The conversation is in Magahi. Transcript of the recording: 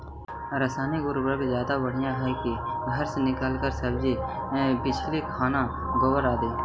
रासायन उर्वरक ज्यादा बढ़िया हैं कि घर से निकलल सब्जी के छिलका, खाना, गोबर, आदि?